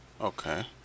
Okay